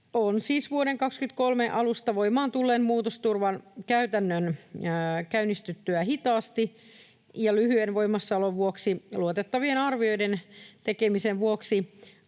2,9. Vuoden 23 alusta voimaan tulleen muutosturvan käytännön käynnistyttyä hitaasti ja lyhyen voimassaolon vuoksi ja luotettavien arvioiden tekemisen vuoksi